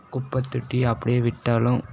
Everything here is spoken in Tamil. குப்பைத்தொட்டி அப்படியே விட்டாலும்